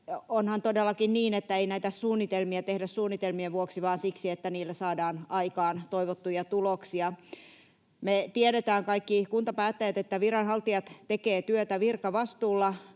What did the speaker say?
Onhan todellakin niin, että ei näitä suunnitelmia tehdä suunnitelmien vuoksi vaan siksi, että niillä saadaan aikaan toivottuja tuloksia. Me kaikki kuntapäättäjät tiedetään, että viranhaltijat tekevät työtä virkavastuulla